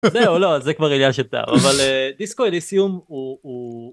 זהו, לא, זה כבר עניין של טעם. אבל... ניסקו אליסיום הוא הוא...